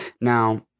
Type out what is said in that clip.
now